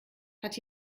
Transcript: hat